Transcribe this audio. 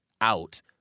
out